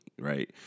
right